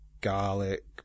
Garlic